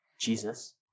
Jesus